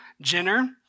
Jenner